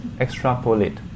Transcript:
extrapolate